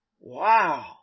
Wow